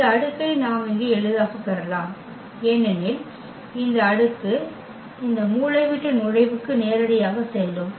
இந்த அடுக்கை நாம் இங்கே எளிதாகப் பெறலாம் ஏனெனில் இந்த அடுக்கு இந்த மூலைவிட்ட நுழைவுக்கு நேரடியாக செல்லும்